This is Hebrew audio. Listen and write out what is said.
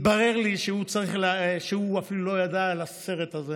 התברר לי שהוא אפילו לא ידע על הסרט הזה.